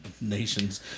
nations